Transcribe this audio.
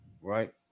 right